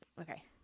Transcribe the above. Okay